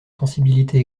sensibilité